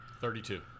Thirty-two